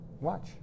Watch